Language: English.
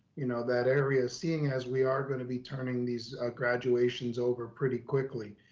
you know that area, seeing as we are gonna be turning these graduations over pretty quickly.